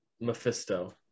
Mephisto